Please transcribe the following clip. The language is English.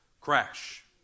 crash